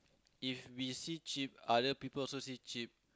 if we see cheap other people also see cheap